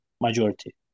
majority